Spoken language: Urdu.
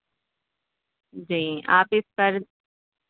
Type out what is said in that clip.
جی آپ اس پر